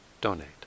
donate